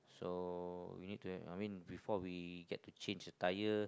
so we need to have I mean before we get to change the tire